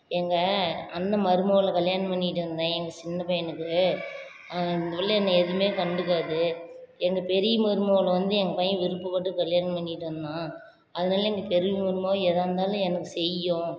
எங்கள் அண்ணன் மருமகள கல்யாணம் பண்ணிக்கிட்டு வந்தேன் எங்கள் சின்ன பையனுக்கு அந்த புள்ளை என்ன எதுவுமே கண்டுக்காது எங்கள் பெரிய மருமகளும் வந்து எங்கள் பையன் விருப்பப்பட்டு கல்யாணம் பண்ணிக்கிட்டு வந்தான் அதனால எங்கள் பெரிய மருமக எதாக இருந்தாலும் எனக்கு செய்யும்